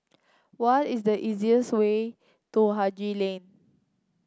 what is the way to Haji Lane